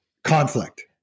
Conflict